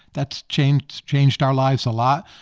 that's changed changed our lives a lot.